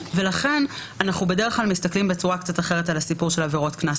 ולכן אנחנו בדרך כלל מסתכלים בצורה קצת אחרת על הסיפור של עבירות קנס,